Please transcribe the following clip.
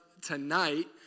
tonight